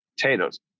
potatoes